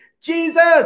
Jesus